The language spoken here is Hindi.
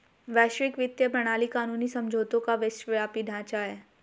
वैश्विक वित्तीय प्रणाली कानूनी समझौतों का विश्वव्यापी ढांचा है